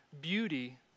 beauty